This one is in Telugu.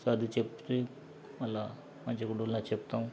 సర్దిచెప్పి మళ్ళా మంచిగా ఉండుర్రని చెపుతాం